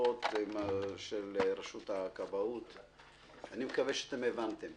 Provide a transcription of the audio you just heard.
בכפוף לשינויים שנאמרו לפרוטוקול 1 נגד אין